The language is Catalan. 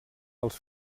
als